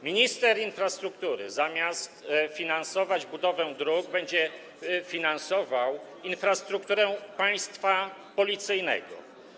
Minister infrastruktury zamiast finansować budowę dróg, będzie finansował infrastrukturę państwa policyjnego.